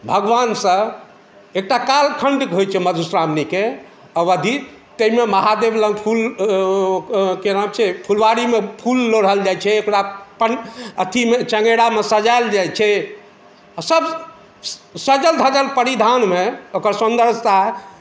भगवानसँ एकटा कालखण्ड होइ छै मधुश्रावणीके अवधि ताहिमे महादेवके लग फूल कि नाम छै फुलवारीमे फूल लोढ़ल जाइ छै ओकरा अथीमे चङ्गेरामे सजाएल जाइ छै आओर सब सजल धजल परिधानमे ओकर सौन्दर्यता